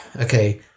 okay